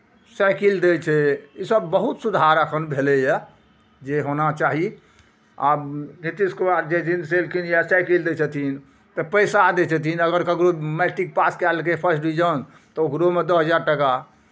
cycle दै छै इसभ बहुत सुधार एखन भेलैए जे होना चाही आब नीतीश कुमार जे देलखिन या साइकिल दै छेथिन तऽ पैसा दै छथिन अगर ककरो मैट्रिक पास कए लेलकै फस्ट डिविजन तऽ ओकरोमे दस हजार टाका